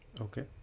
Okay